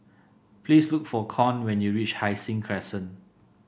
please look for Con when you reach Hai Sing Crescent